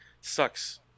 Sucks